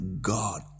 God